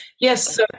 Yes